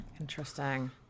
Interesting